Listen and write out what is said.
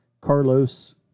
Carlos